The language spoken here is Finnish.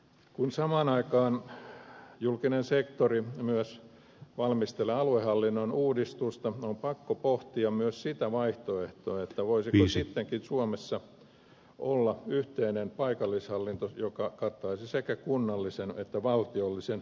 kun samaan aikaan julkinen sektori myös valmistelee aluehallinnon uudistusta on pakko pohtia myös sitä vaihtoehtoa voisiko sittenkin suomessa olla yhteinen paikallishallinto joka kattaisi sekä kunnallisen että valtiollisen